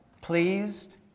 pleased